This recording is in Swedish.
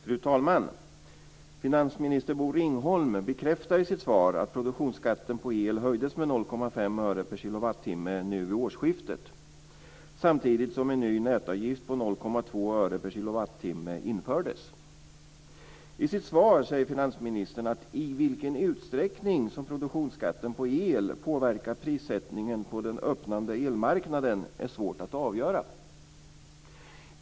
Fru talman! Finansminister Bosse Ringholm bekräftar i sitt svar att produktionsskatten på el höjdes med 0,5 öre per kilowattimme nu vid årsskiftet samtidigt som en ny nätavgift på 0,2 öre per kilowattimme infördes. I sitt svar säger finansministern att i vilken utsträckning som produktionsskatten på el påverkar prissättningen på den öppnade elmarknaden är svårt att avgöra.